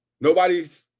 Nobody's